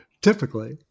Typically